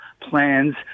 plans